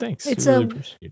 Thanks